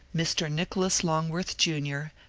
mr. nicholas longworth jr,